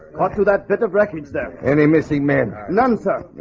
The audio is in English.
not to that bit of wreckage there any missing men none, sir?